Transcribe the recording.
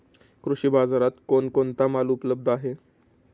कृषी बाजारात कोण कोणता माल उपलब्ध आहे?